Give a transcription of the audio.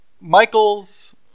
Michael's